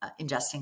ingesting